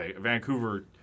Vancouver